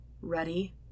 Ready